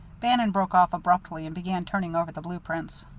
bannon broke off abruptly and began turning over the blue prints.